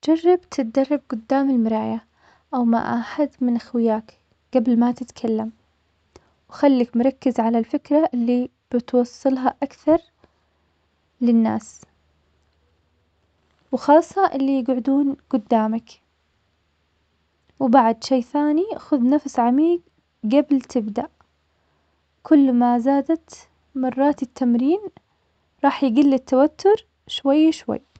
جرب تدرب قدام المراية, او مع أحد من خوياك قبل ما تتكلم, وخلك مركز على الفكرة اللي بتوصلها أكثر للناس, وخاصة اللي يقعدون قدامك, وبعد شي ثاني, خد نفس عميق قبل تبدأ, كل ما زادت مرات التمرين راح يقل التوتر شوي شوي.